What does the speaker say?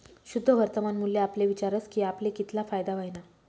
शुद्ध वर्तमान मूल्य आपले विचारस की आपले कितला फायदा व्हयना